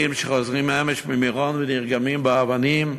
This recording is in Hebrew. שחוזרים אמש ממירון ונרגמים באבנים?